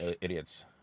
Idiots